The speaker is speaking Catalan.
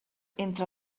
entre